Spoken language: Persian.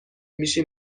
میشی